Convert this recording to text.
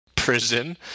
prison